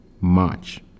March